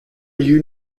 you